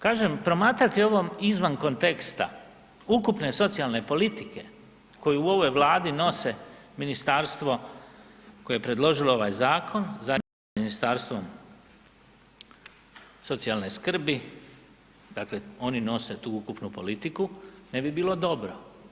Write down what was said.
Kažem, promatrati ovo izvan konteksta ukupne socijalne politike koje u ovoj Vladi nose ministarstvo koje je predložilo ovaj zakon, zajedno sa Ministarstvo socijalne skrbi, dakle oni nose tu ukupnu politiku, ne bi bilo dobro.